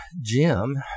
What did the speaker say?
Jim